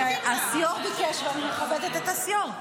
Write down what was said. הסיו"ר ביקש, אז אני מכבדת את הסיו"ר.